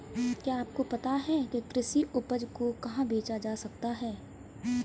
क्या आपको पता है कि कृषि उपज को कहाँ बेचा जा सकता है?